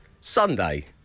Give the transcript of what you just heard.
Sunday